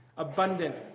Abundant